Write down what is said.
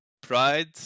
pride